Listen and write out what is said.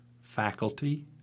faculty